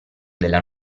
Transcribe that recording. della